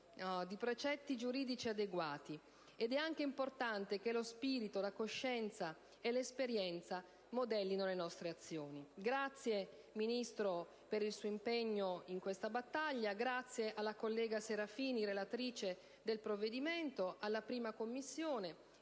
di precetti giuridici adeguati. Ed è anche importante che lo spirito, la coscienza e l'esperienza modellino le nostre azioni. Grazie, signora Ministro, per il suo impegno in questa battaglia. Ringrazio anche la collega Serafini, relatrice sul provvedimento, la 1a Commissione